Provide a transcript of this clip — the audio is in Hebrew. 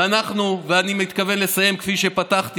ואני מתכוון לסיים כפי שפתחתי.